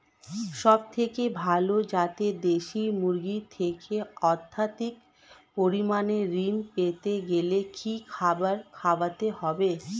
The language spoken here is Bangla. সবথেকে ভালো যাতে দেশি মুরগির থেকে অত্যাধিক পরিমাণে ঋণ পেতে গেলে কি খাবার খাওয়াতে হবে?